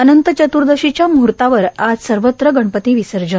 अनंत चतुदर्शीच्या मुहूर्तावर आज सर्वत्र गणपती विसर्जन